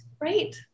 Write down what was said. Right